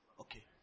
Okay